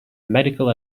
medical